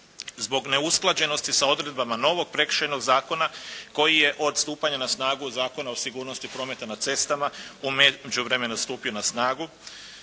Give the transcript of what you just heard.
zbog neusklađenosti sa odredbama novog Prekršajnog zakona koji je od stupanja na snagu Zakona o sigurnosti prometa na cestama u međuvremenu stupio na snagu